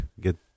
get